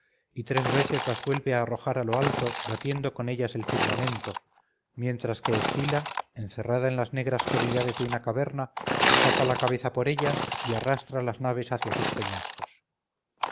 y tres veces las vuelve a arrojar a lo alto batiendo con ellas el firmamento mientras que escila encerrada en las negras cavidades de una caverna saca la cabeza por ella y arrastra las naves hacia sus peñascos